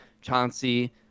Chauncey